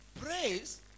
praise